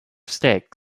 steak